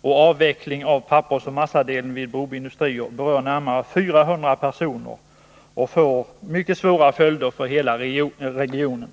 och avveckling av pappersoch massadelen vid Broby industrier berör närmare 400 personer och får mycket svåra följder för hela regionen.